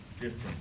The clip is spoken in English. different